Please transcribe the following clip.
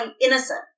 innocent